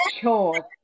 sure